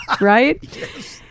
right